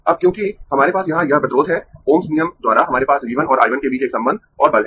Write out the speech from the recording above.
अब क्योंकि हमारे पास यहाँ यह प्रतिरोध है ओह्म्स नियम द्वारा हमारे पास V 1 और I 1 के बीच एक संबंध और बल है